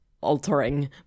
altering